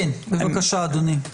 בבקשה אדוני.